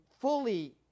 fully